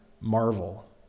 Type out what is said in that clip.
marvel